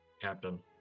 Captain